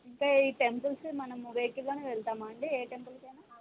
ఇంకా ఈ టెంపుల్స్కి మనము వెహికల్లోనే వెళ్తామా అండి ఏ టెంపుల్కి అయినా